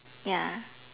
ya